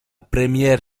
première